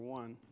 one